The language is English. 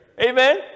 Amen